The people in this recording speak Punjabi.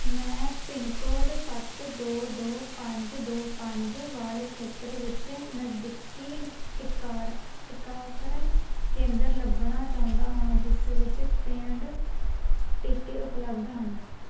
ਮੈਂ ਪਿੰਨਕੋਡ ਸੱਤ ਦੋ ਦੋ ਪੰਜ ਦੋ ਪੰਜ ਵਾਲੇ ਖੇਤਰ ਵਿੱਚ ਨਜ਼ਦੀਕੀ ਟੀਕਾਰ ਟੀਕਾਕਰਨ ਕੇਂਦਰ ਲੱਭਣਾ ਚਾਹੁੰਦਾ ਹਾਂ ਜਿਸ ਵਿੱਚ ਪੇਂਡ ਟੀਕੇ ਉਪਲਬਧ ਹਨ